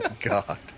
God